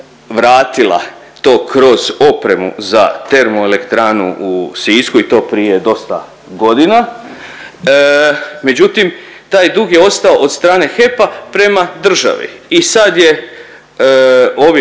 vratila to kroz opremu za TE u Sisku i to prije dosta godina, međutim taj dug je ostao od strane HEP-a prema državi i sad je ovim